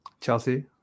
Chelsea